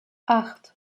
acht